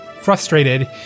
Frustrated